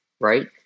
right